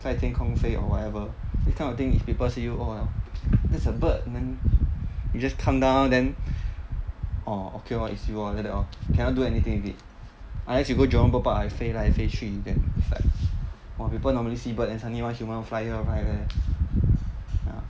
在天空飞 or whatever this kind of thing if people see you oh that's a bird then you just come down then orh okay lor you see after that lor cannot do anything already unless you go jurong bird park 飞来飞去 then like while people normally see bird then suddenly one human fly here fly there ya